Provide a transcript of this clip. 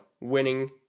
winning